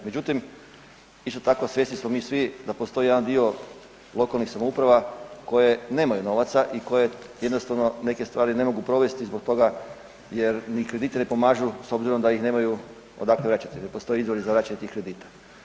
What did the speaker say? Međutim, isto tako, svjesni smo mi svi da postoji jedan dio lokalnih samouprava koje nemaju novaca i koje jednostavno neke stvari ne mogu provesti zbog toga jer ni krediti ne pomažu, s obzirom da ih nemaju odakle vraćati, ne postoji izvor za vraćanje tih kredita.